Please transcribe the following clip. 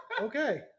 Okay